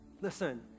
Listen